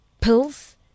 pills